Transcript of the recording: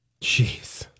Jeez